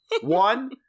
One